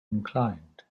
inclined